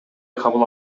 кабыл